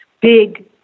big